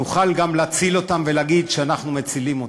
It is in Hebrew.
נוכל גם להציל אותם ולהגיד שאנחנו מצילים אותם.